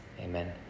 Amen